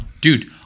dude